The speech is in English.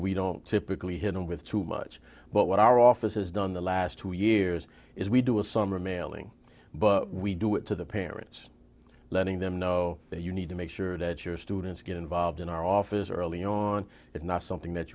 we don't typically hit him with too much but what our office has done the last two years is we do a summer mailing but we do it to the parents letting them know that you need to make sure that your students get involved in our off early on it's not something that